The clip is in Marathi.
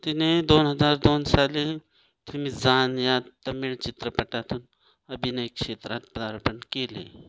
तिने दोन हजार दोन साली मिझान या तमिळ चित्रपटातून अभिनय क्षेत्रात पदार्पण केले